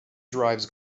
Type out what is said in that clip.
drives